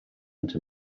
into